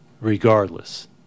regardless